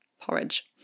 porridge